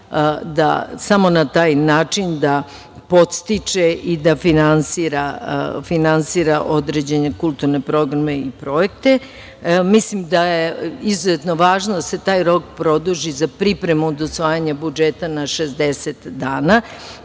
samo na taj način da podstiče i da finansira određene kulturne programe i projekte. Mislim da je izuzetno važno da se taj rok produži za pripremu od usvajanja budžeta na 60 dana,